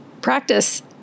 practice